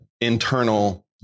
internal